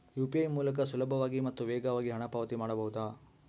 UPI ಮೂಲಕ ಸುಲಭವಾಗಿ ಮತ್ತು ವೇಗವಾಗಿ ಹಣ ಪಾವತಿ ಮಾಡಬಹುದಾ?